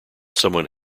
someone